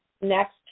next